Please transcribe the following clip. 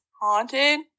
haunted